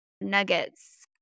nuggets